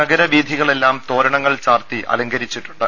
നഗരവീഥികളെല്ലാം തോരണങ്ങൾ ചാർത്തി അലങ്കരിച്ചിട്ടുണ്ട്